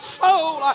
soul